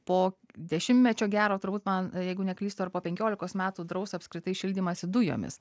po dešimtmečio gero turbūt man jeigu neklystu ar po penkiolikos metų draus apskritai šildymąsi dujomis